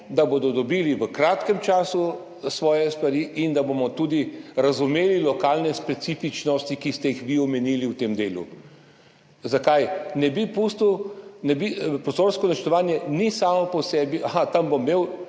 da bodo dobili v kratkem času svoje stvari in da bomo tudi razumeli lokalne specifičnosti, ki ste jih vi omenili v tem delu. Zakaj? Prostorsko načrtovanje ni samo po sebi, aha, tam bom imel,